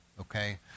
okay